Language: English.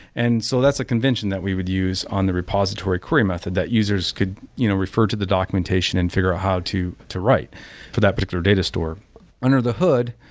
and so that's a convention that we would use on the repository query method that users could you know refer to the documentation and figure out how to to write for the particular data store under the hood,